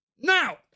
Now